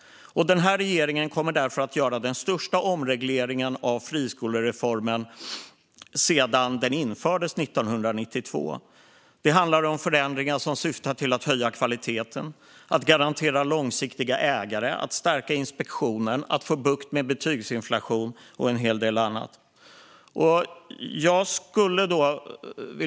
Den här regeringen kommer därför att göra den största omregleringen av friskolereformen sedan den infördes 1992. Det handlar om förändringar som syftar till att höja kvaliteten, att garantera långsiktiga ägare, att stärka inspektionerna, att få bukt med betygsinflation och en hel del annat.